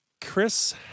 Chris